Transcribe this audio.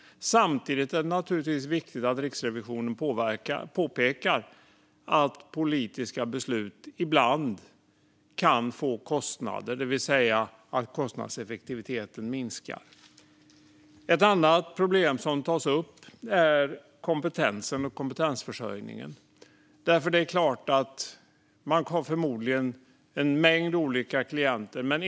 Samtidigt är det viktigt att Riksrevisionen påpekar att politiska beslut ibland kan få innebära kostnader, det vill säga att kostnadseffektiviteten minskar. Ett annat problem som tas upp är kompetensen och kompetensförsörjningen. Man har förmodligen en mängd olika klienter.